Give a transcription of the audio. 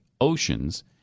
Oceans